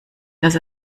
dass